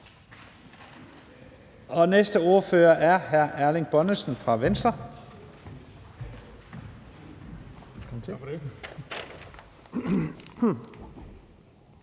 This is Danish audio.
næste ordfører er hr. Erling Bonnesen fra Venstre.